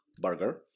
burger